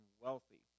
wealthy